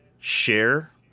share